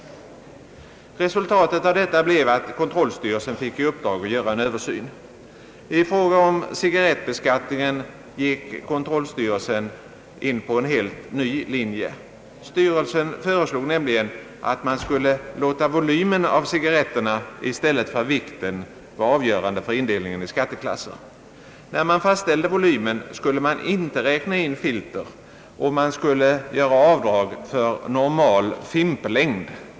Resultatet blev att kontrollstyrelsen fick i uppdrag att göra en översyn. I fråga om cigarrettbeskattningen gick kontrollstyrelsen på en helt ny linje. Styrelsen föreslog nämligen att man skulle låta cigarretternas volym i stället för vikten vara avgörande för indelningen i skatteklasser. När man fastställde volymen, skulle man inte räkna in filter och man skulle göra avdrag för normal fimplängd.